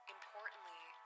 Importantly